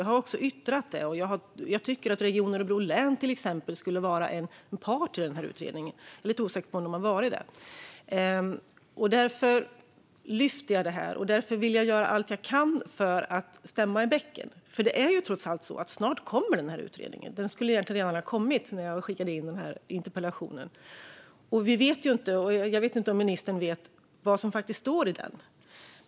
Jag har också yttrat att jag tycker att exempelvis Region Örebro län skulle vara en part i denna utredning; jag är lite osäker på om de har varit det. Jag lyfter därför detta, och jag vill göra allt jag kan för att stämma i bäcken. För det är trots allt så att denna utredning snart kommer. Den skulle egentligen redan ha kommit när jag skickade in denna interpellation. Jag vet inte om ministern vet vad som faktiskt står i den.